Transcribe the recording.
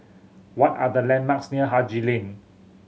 what are the landmarks near Haji Lane